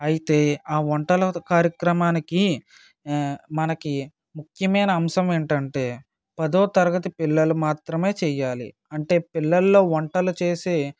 అయితే ఆ వంటల కార్యక్రమానికి మనకి ముఖ్యమైన అంశం ఏంటంటే పదో తరగతి పిల్లలు మాత్రమే చెయ్యాలి అంటే పిల్లల్లో వంటలు చేసే